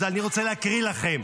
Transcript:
אז אני רוצה להקריא לכם: